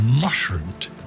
mushroomed